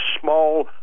small